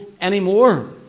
anymore